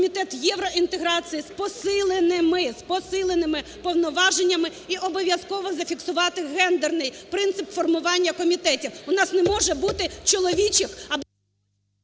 Комітет євроінтеграції з посиленими, з посиленими повноваженнями і обов'язково зафіксувати гендерний принцип формування комітетів. У нас не може бути чоловічих